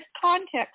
context